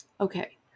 okay